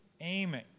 aiming